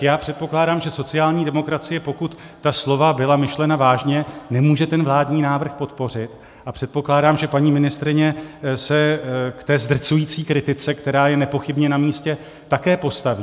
Já předpokládám, že sociální demokracie, pokud ta slova byla myšlena vážně, nemůže vládní návrh podpořit a že paní ministryně se k té zdrcující kritice, která je nepochybně namístě, také postaví.